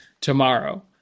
tomorrow